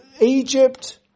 Egypt